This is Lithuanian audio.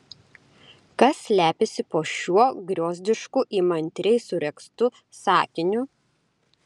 kas slepiasi po šiuo griozdišku įmantriai suregztu sakiniu